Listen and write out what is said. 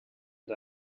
del